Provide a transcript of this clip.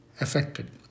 affected